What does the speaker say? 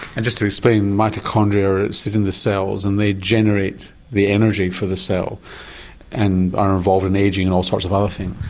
and just to explain mitochondria sit in the cells and they generate the energy for the cell and are involved in ageing and all sorts of other things.